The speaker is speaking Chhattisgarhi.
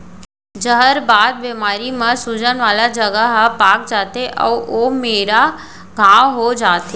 जहरबाद बेमारी म सूजन वाला जघा ह पाक जाथे अउ ओ मेरा घांव हो जाथे